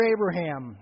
Abraham